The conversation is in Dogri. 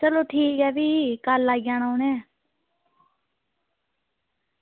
चलो ठीक ऐ भी कल्ल आई जाना उनें